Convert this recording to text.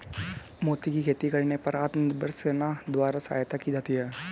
मोती की खेती करने पर आत्मनिर्भर सेना द्वारा सहायता की जाती है